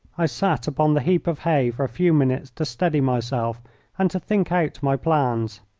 i sat upon the heap of hay for a few minutes to steady myself and to think out my plans.